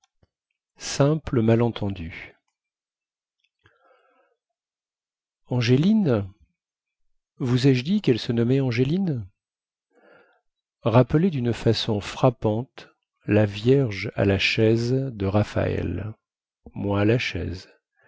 simple malentendu angéline vous ai-je dit quelle se nommait angéline rappelait dune façon frappante la vierge à la chaise de raphaël moins la chaise